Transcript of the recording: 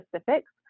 specifics